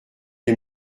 est